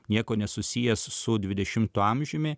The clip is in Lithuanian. niekuo nesusijęs su dvidešimtu amžiumi